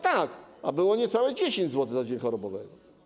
Tak, ale było niecałe 10 zł za dzień chorobowego.